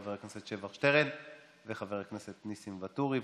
חבר הכנסת שבח שטרן וחבר הכנסת ניסים ואטורי,